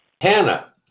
Hannah